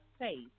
faith